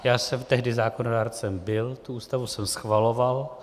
Já jsem tehdy zákonodárcem byl, tu Ústavu jsem schvaloval.